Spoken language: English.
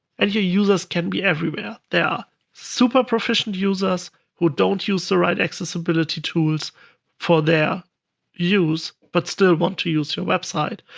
and your users can be everywhere. there are super proficient users who don't use the right accessibility tools for their use but still want to use your website.